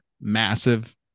massive